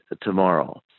tomorrow